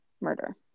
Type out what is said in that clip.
murder